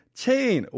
chain